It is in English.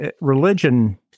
religion